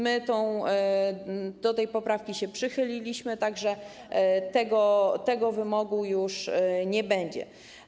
My do tej poprawki się przychyliliśmy, tak że tego wymogu już nie będzie.